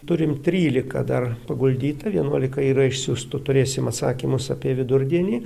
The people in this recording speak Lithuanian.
turim trylika dar paguldyta vienuolika yra išsiųstų turėsim atsakymus apie vidurdienį